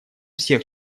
всех